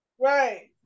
Right